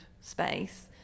space